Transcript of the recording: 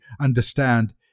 understand